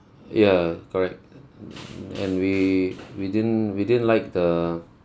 ya correct err and we we didn't we didn't like the